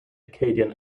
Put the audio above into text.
acadian